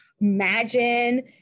imagine